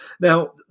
Now